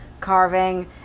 carving